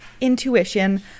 intuition